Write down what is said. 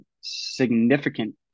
significant